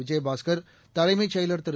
விஜயபாஸ்கர் தலைமைச் செயலாளர் திரு